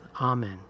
Amen